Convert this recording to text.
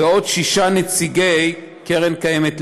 ועוד שישה נציגי הקרן הקיימת לישראל.